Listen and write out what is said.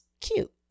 cute